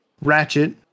Ratchet